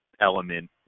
element